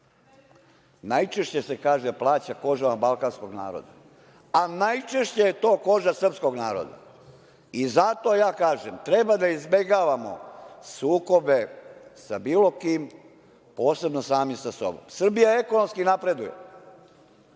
Najčešće se, kaže, plaća kožama balkanskog naroda. A najčešće je to koža srpskog naroda. Zato ja kažem - treba da izbegavamo sukobe sa bilo kim, posebno sami sa sobom. Srbija ekonomski napreduje